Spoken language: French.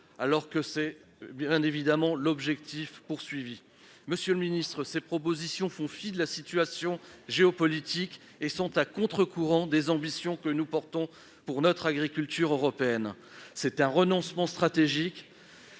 il s'agit là, bien évidemment, de l'objectif recherché ! Monsieur le ministre, ces propositions font fi de la situation géopolitique et sont à contre-courant des ambitions que nous portons pour l'agriculture européenne. Ce renoncement stratégique